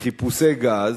מחיפושי גז,